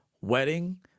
wedding